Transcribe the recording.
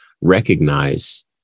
recognize